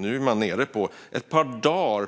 Nu är planeringen nere på ett par dagar.